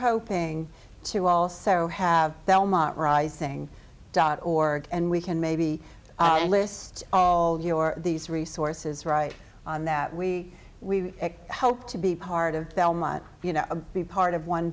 hoping to all sorrow have belmont rising dot org and we can maybe list all your these resources right on that we we hope to be part of belmont you know be part of one